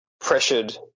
pressured